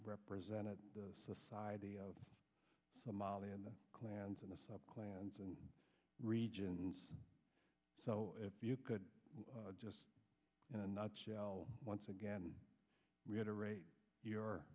represented the society of somalia and the clans and the subclans and regions so if you could just in a nutshell once again reiterate your